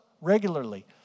regularly